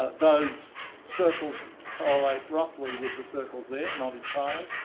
those circles correlate roughly with the circles there, not entirely.